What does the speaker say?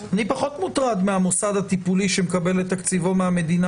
אני פחות מוטרד מהמוסד הטיפולי שמקבל את תקציבו מהמדינה,